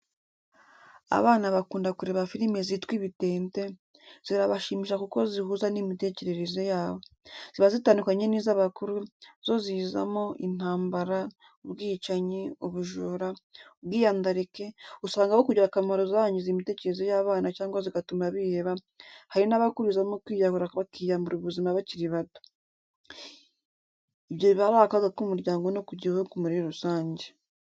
Abana bakunda kureba filime zitwa ibitente, zirabashimisha kuko zihuza n'imitekerereze yabo, ziba zitandukanye n'iz'abakuru, zo zizamo: intambara, ubwicanyi, ubujura, ubwiyandarike, usanga aho kugira akamaro zangiza imitekerereze y'abana cyangwa zigatuma biheba, hari n'abakurizamo kwiyahura bakiyambura ubuzima bakiri bato. Ibyo biba ari akaga ku muryango no ku gihugu muri rusange.